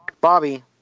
bobby